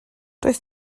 does